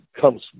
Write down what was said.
comes